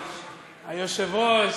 היושב-ראש,